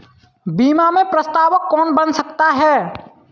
बीमा में प्रस्तावक कौन बन सकता है?